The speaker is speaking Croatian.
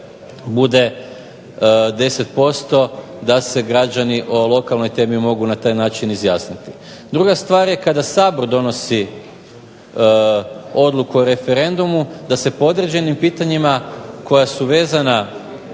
bude 10%, da se građani o lokalnoj temi mogu na taj način izjasniti. Druga stvar je kada Sabor donosi odluku o referendumu da se po određenim pitanjima koja su vezana